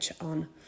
on